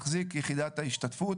מחזיק יחידת ההשתתפות,